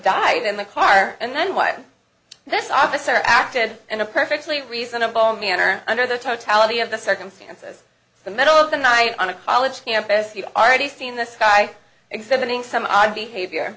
died in the car and then why this officer acted in a perfectly reasonable manner under the totality of the circumstances the middle of the night on a college campus you've already seen this guy exhibiting some odd behavior